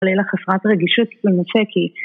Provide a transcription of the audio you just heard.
חלילה חסרת רגישות לנושא כי